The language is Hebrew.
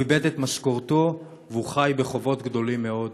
הוא איבד את משכורתו, והוא חי בחובות גדולים מאוד.